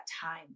time